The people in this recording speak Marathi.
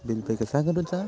बिल पे कसा करुचा?